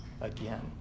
again